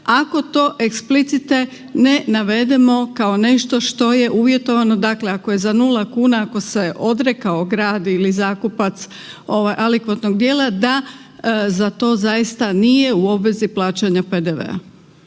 ako to eksplicite ne navedemo kao nešto što je uvjetovano, dakle ako je za 0 kuna, ako se odrekao grad ili zakupac alikvotnog dijela, da za to zaista nije u obvezi plaćanja PDV-a.